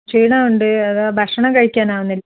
ഷീണമുണ്ട് അതാ ഭക്ഷണം കഴിക്കാനാവുന്നില്ല